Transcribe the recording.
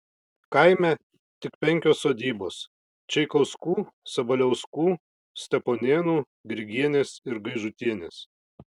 kaime tik penkios sodybos čeikauskų sabaliauskų steponėnų grigienės ir gaižutienės